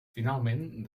finalment